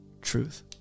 truth